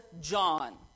John